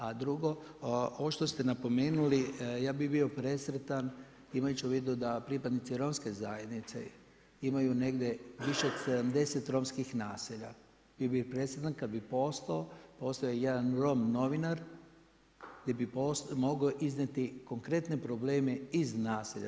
A drugo, ovo što ste napomenuli ja bih bio presretan imajući u vidu da pripadnici Romske zajednice imaju negdje više od 70 romskih naselja, bio bih presretan kada bi postojao jedan Rom novinar gdje bi mogao iznijeti konkretne probleme iz naselja.